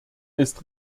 ist